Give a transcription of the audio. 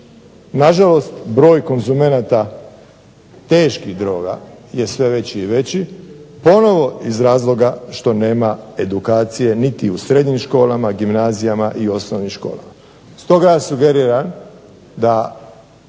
Nažalost broj konzumenata teških droga je sve veći i veći ponovno iz razloga što nema edukacije niti u srednjim školama, gimnazijama i osnovnim školama.